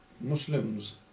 Muslims